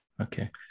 okay